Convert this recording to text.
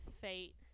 fate